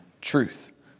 truth